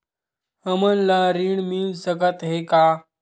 हमन ला ऋण मिल सकत हे का?